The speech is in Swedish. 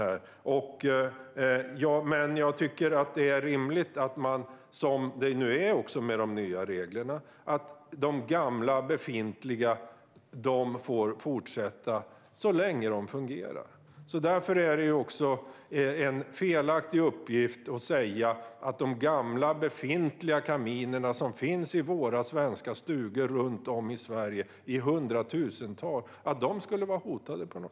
Jag tycker dock att det är rimligt - som det också är med de nya reglerna - att de befintliga kaminerna och spisarna får fortsätta användas så länge de fungerar. Därför är det också felaktigt att säga att de gamla kaminer som finns i hundratusental i stugor runt om i Sverige på något sätt skulle vara hotade.